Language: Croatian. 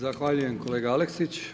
Zahvaljujem, kolegica Aleksić.